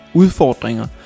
udfordringer